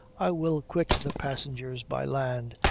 i will quit the passengers by land,